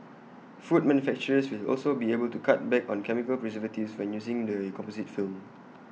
food manufacturers will also be able to cut back on chemical preservatives when using the composite film